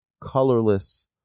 colorless